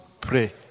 pray